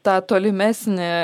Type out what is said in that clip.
tą tolimesnį